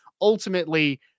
ultimately